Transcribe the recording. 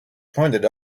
pointed